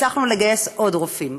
הצלחנו לגייס עוד רופאים.